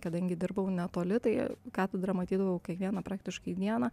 kadangi dirbau netoli tai katedrą matydavau kiekvieną praktiškai dieną